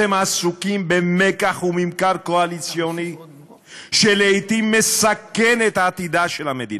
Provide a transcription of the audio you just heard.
אתם עסוקים במיקח וממכר קואליציוני שלעתים מסכן את עתידה של המדינה.